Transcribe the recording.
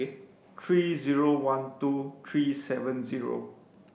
three zero one two three seven zero